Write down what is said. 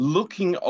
Looking